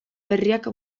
berriak